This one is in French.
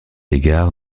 égard